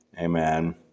Amen